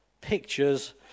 pictures